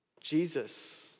Jesus